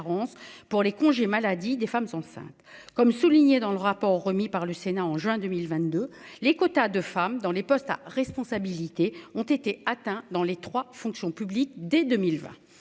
pour les congés maladie des femmes enceintes comme souligné dans le rapport remis par le Sénat en juin 2022, les quotas de femmes dans les postes à responsabilité ont été atteints dans les 3 fonctions publiques dès 2020.